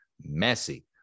messy